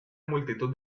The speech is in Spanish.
multitud